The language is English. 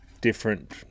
different